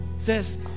says